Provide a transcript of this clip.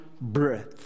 breath